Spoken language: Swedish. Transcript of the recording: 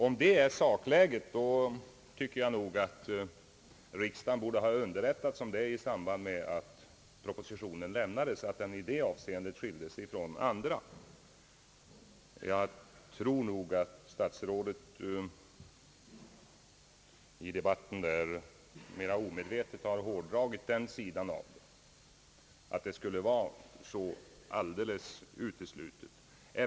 Om det är sak läget tycker jag att riksdagen i samband med att propositionen lämnades borde ha underrättats om att Kungl. Maj:ts förslag i det avseendet skilde sig från andra propositioner. Jag anser att statsrådet i debatten onödigt har hårdragit att det skulle vara alldeles uteslutet att göra någon justering.